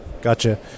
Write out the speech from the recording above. Gotcha